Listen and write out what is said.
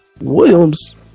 Williams